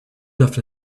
often